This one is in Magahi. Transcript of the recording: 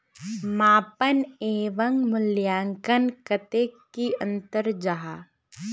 मापन एवं मूल्यांकन कतेक की अंतर जाहा?